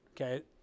Okay